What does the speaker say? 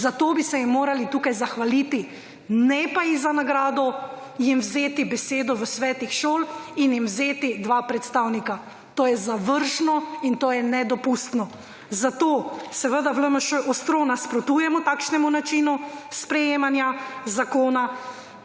Za to bi se ji morali tukaj zahvaliti ne pa ji za nagrado jim vzeti besedo v svetih šol in jim vzeti dva predstavnika. To je zavržno in to je nedopustno, zato seveda v LMŠ ostro nasprotujemo takšnemu načinu sprejemanja zakona